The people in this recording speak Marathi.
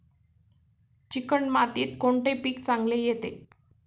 चिकण मातीत कोणते पीक चांगले येते?